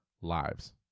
lives